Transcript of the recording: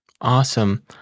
Awesome